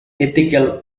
ethical